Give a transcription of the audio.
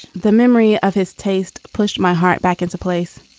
the memory of his taste pushed my heart back into place.